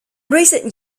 recent